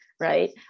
Right